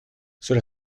cela